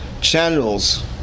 channels